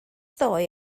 ddoe